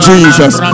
Jesus